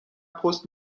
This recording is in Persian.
پست